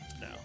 no